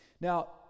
Now